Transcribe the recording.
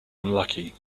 unlucky